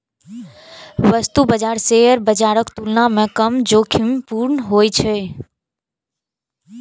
वस्तु बाजार शेयर बाजारक तुलना मे कम जोखिमपूर्ण होइ छै